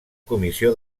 comissió